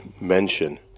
mention